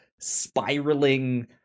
spiraling